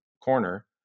corner